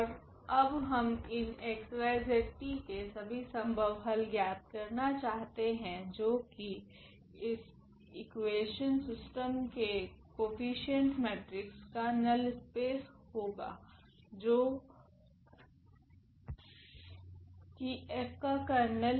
ओर अब हम इन xyzt के सभी संभव हल ज्ञात करना चाहते है जो की इस इकुवेशन सिस्टम के कोफिशिएंट मेट्रिक्स का नल स्पेस होगा जो की F का कर्नेल है